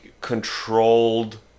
controlled